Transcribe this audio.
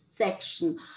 section